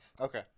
Okay